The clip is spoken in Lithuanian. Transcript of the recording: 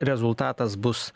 rezultatas bus